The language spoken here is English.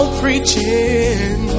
preaching